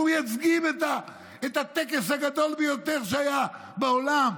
אנחנו מייצגים את הטקס הגדול ביותר שהיה בעולם,